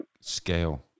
scale